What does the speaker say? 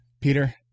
Peter